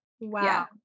Wow